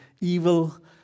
evil